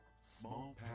small